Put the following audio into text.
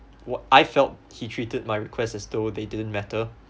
what I felt he treated my request as though they didn't matter